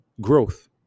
growth